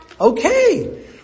Okay